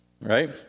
Right